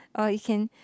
or you can